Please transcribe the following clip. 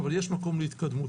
אבל יש מקום להתקדמות.